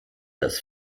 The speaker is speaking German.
das